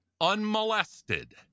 unmolested